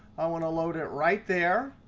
i want to load it right there,